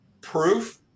proof